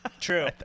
true